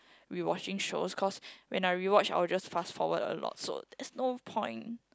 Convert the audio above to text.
rewatching shows cause when I rewatch I will just fast forward a lot so there's not point